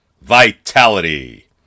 Vitality